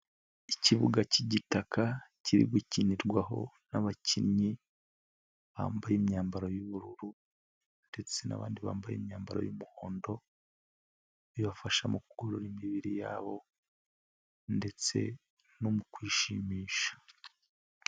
Ikibuga cy'igitaka kiri gukinirwaho n'abakinnyi bambaye imyambaro y'ubururu, ndetse n'abandi bambaye imyambaro y'umuhondo, bibafasha mu kugorora imibiri yabo ndetse no mu kwishimisha.